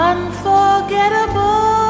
Unforgettable